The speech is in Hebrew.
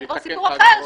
זה כבר סיפור אחר,